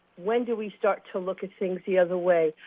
when do we start to look at things the other way?